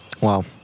Wow